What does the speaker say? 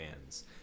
fans